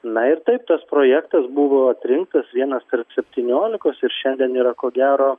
na ir taip tas projektas buvo priimtas vienas tarp septyniolikos ir šiandien yra ko gero